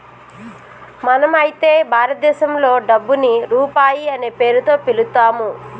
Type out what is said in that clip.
మనం అయితే భారతదేశంలో డబ్బుని రూపాయి అనే పేరుతో పిలుత్తాము